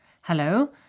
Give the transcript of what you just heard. Hello